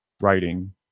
writing